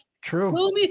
True